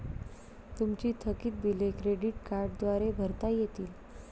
तुमची थकीत बिले क्रेडिट कार्डद्वारे भरता येतील